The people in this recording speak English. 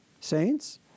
saints